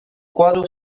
cuadros